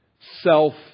self